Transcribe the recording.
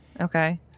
Okay